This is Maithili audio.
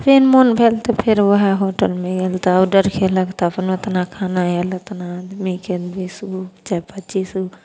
फेन मोन भेल तऽ फेर वएह होटलमे गेल तऽ ऑडर केलक तऽ अपनो ओतना खाना आएल ओतना आदमीके बीसगो चाहे पचीसगो